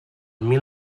mil